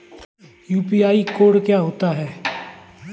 UPI code क्या होता है?